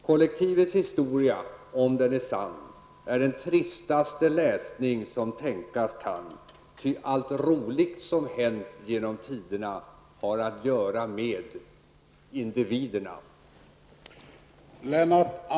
Kollektivets historia, om den är sann, är den tristaste läsning som tänkas kan ty allt roligt som hänt genom tiderna har att göra med individerna.